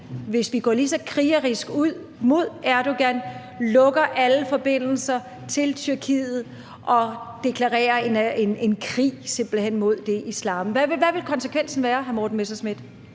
hvis vi går lige så krigerisk ud mod Erdogan, lukker alle forbindelser til Tyrkiet og simpelt hen deklarerer krig mod islam? Hvad vil konsekvensen være, hr. Morten Messerschmidt?